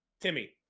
Timmy